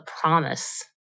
promise